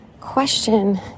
question